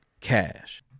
cash